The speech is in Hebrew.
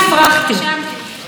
גם אם הוא לא "סניף של מרצ",